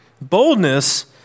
Boldness